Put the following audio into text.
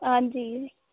ਹਾਂਜੀ